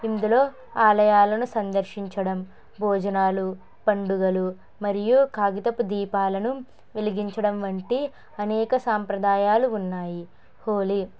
ఇందులో ఆలయాలను సందర్శించడం భోజనాలు పండుగలు మరియు కాగితపు దీపాలను వెలిగించడం వంటి అనేక సంప్రదాయాలు ఉన్నాయి హోలీ